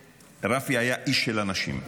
רפי היה איש של אנשים.